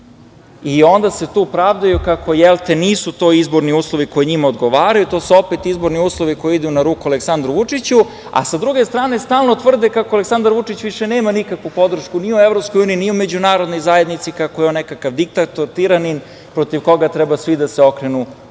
i onda se tu pravdaju kako jel te nisu to izborni uslovi koji njima odgovaraju, to su opet izborni uslovi koji idu na ruku Aleksandru Vučiću, a sa druge strane stalno tvrde kako Aleksandar Vučić više nema nikakvu podršku ni u EU, ni u međunarodnoj zajednici, kako je on nekakav diktator, tiranin protiv koga treba svi da se okrenu